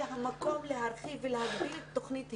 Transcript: זה המקום להרחיב ולהגדיל את תוכנית היל"ה.